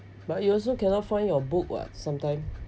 but you also cannot find your book what sometime